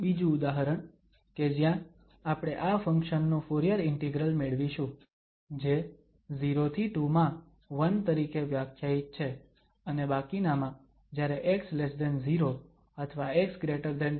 બીજું ઉદાહરણ કે જ્યાં આપણે આ ફંક્શન નું ફુરીયર ઇન્ટિગ્રલ મેળવીશું જે 0 થી 2 માં 1 તરીકે વ્યાખ્યાયિત છે અને બાકીનામાં જ્યારે x0 અથવા x2 હોય તેનું મૂલ્ય 0 છે